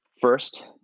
first